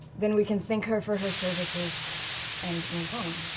then we can thank her for her services and move on.